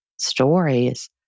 stories